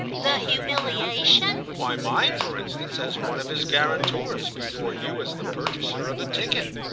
the humiliation? why mine, for instance, as one of his guarantors, before you as the purchaser of a ticket.